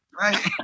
right